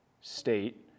state